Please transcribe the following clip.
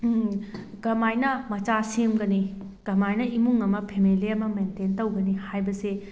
ꯀꯃꯥꯏꯅ ꯃꯆꯥ ꯁꯦꯝꯒꯅꯤ ꯀꯃꯥꯏꯅ ꯏꯃꯨꯡ ꯑꯃ ꯐꯦꯃꯦꯂꯤ ꯑꯃ ꯃꯦꯟꯇꯦꯟ ꯇꯧꯒꯅꯤ ꯍꯥꯏꯕꯁꯦ